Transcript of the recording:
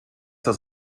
das